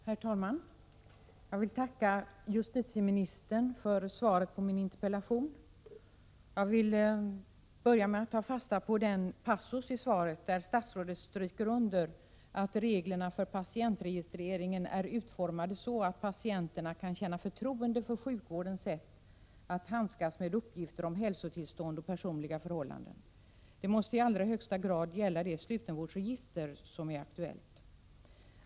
Herr talman! Jag ber att få tacka justitieministern för svaret på min interpellation. Jag vill börja med att ta fasta på den passus i svaret där statsrådet stryker under att reglerna för patientregistreringen är utformade så, att patienterna kan känna förtroende för sjukvårdens sätt att handskas med uppgifter om hälsotillstånd och personliga förhållanden. Detta måste i allra högsta grad gälla det slutenvårdsregister som är aktuellt.